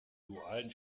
dualen